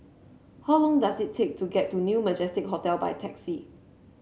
how long does it take to get to New Majestic Hotel by taxi